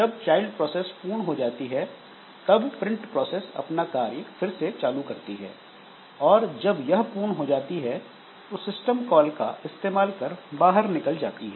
जब child process पूर्ण हो जाती है तब प्रिंट प्रोसेस अपना कार्य फिर से चालू करती है और जब यह पूर्ण हो जाती है तो सिस्टम कॉल का इस्तेमाल कर बाहर निकल जाती है